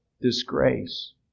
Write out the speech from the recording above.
disgrace